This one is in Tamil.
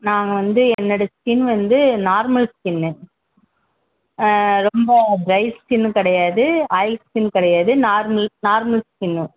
நான் வந்து என்னுடைய ஸ்கின் வந்து நார்மல் ஸ்கின்னு ஆ ரொம்ப ட்ரை ஸ்கின்னும் கிடையாது ஆயில் ஸ்கின் கிடையாது நார்மல் நார்மல் ஸ்கின்னு